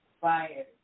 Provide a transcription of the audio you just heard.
fire